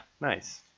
Nice